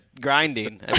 grinding